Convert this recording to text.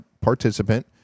participant